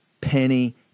penny